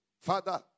Father